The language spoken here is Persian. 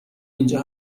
اینجا